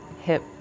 hip